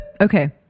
Okay